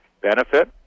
benefit